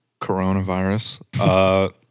coronavirus